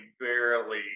barely